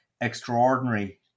extraordinary